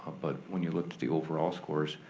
but when you looked at the overall scores,